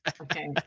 Okay